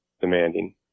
demanding